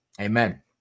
Amen